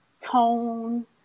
tone